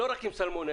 לא רק עם סלמונלה,